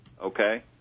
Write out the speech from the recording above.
Okay